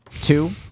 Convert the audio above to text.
two